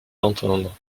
l’entendre